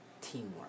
Teamwork